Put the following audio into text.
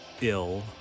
ill